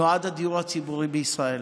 נועד הדיור הציבורי בישראל.